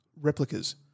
replicas